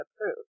approved